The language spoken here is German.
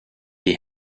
die